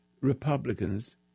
Republicans